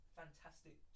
fantastic